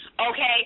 Okay